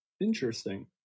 interesting